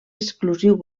exclusiu